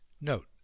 note